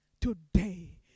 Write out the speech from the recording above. Today